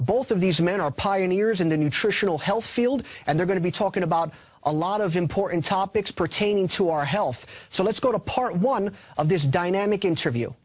both of these men are pioneers in the nutritional health field and we're going to be talking about a lot of important topics pertaining to our health so let's go to part one of this dynamic interview